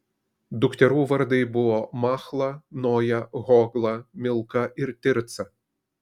dukterų vardai buvo machla noja hogla milka ir tirca